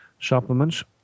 supplements